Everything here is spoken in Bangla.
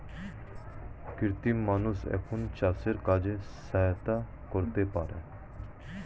কৃত্রিম মানুষ এখন চাষের কাজে সাহায্য করতে পারে